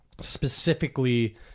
specifically